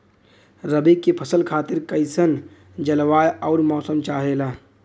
रबी क फसल खातिर कइसन जलवाय अउर मौसम चाहेला?